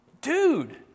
dude